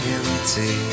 empty